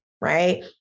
right